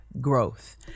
growth